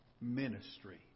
ministry